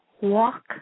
walk